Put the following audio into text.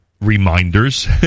reminders